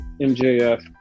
MJF